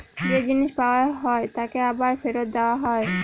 যে জিনিস পাওয়া হয় তাকে আবার ফেরত দেওয়া হয়